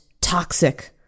toxic